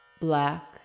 Black